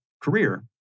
career